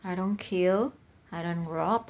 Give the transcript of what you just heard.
I don't kill I don't rob